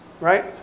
right